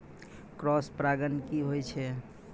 Cross परागण की होय छै?